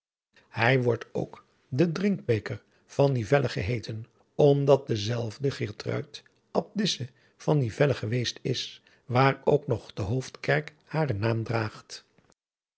hij wordt ook de drinkbeker van nivelle geheeten omdat dezelfde geertruid abdisse van nivelle geweest is waar ook nog de hoofdkerk haren naam draagt